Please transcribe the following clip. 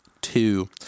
two